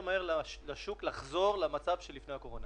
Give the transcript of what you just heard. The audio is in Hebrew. מהר לשוק לחזור למצב שלפני הקורונה.